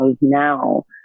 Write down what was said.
now